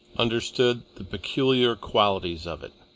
understood the peculiar qualities of it,